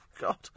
God